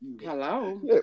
hello